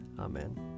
Amen